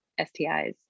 STIs